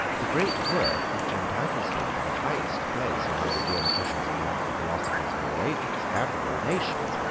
the great work, which entitles him to the highest place among the geometricians and natural philosophers of all ages and of all nations,